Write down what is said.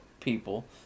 people